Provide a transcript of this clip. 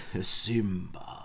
Simba